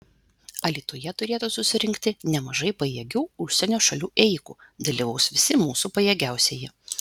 alytuje turėtų susirinkti nemažai pajėgių užsienio šalių ėjikų dalyvaus visi mūsų pajėgiausieji